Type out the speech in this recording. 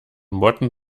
motten